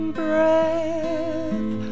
breath